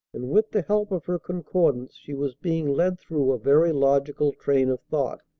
and with the help of her concordance she was being led through a very logical train of thought,